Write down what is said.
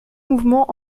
mouvement